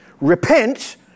Repent